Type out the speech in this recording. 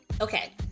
Okay